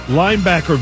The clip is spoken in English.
linebacker